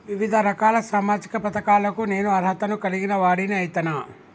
వివిధ రకాల సామాజిక పథకాలకు నేను అర్హత ను కలిగిన వాడిని అయితనా?